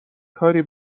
کاری